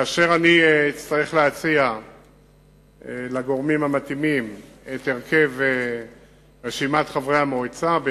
כאשר אני אצטרך להציע לגורמים המתאימים את הרכב רשימת חברי המועצה,